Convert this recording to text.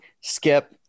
Skip